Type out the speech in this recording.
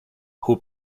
who